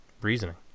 reasoning